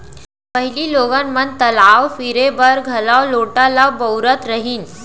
पहिली लोगन मन तलाव फिरे बर घलौ लोटा ल बउरत रहिन